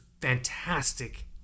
fantastic